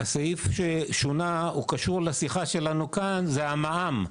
הסעיף ששונה קשור לשיחה שלנו כאן; זה המע"מ.